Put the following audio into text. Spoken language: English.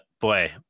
Boy